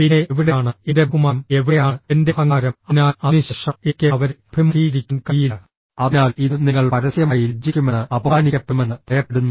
പിന്നെ എവിടെയാണ് എന്റെ ബഹുമാനം എവിടെയാണ് എന്റെ അഹങ്കാരം അതിനാൽ അതിനുശേഷം എനിക്ക് അവരെ അഭിമുഖീകരിക്കാൻ കഴിയില്ല അതിനാൽ ഇത് നിങ്ങൾ പരസ്യമായി ലജ്ജിക്കുമെന്ന് അപമാനിക്കപ്പെടുമെന്ന് ഭയപ്പെടുന്നു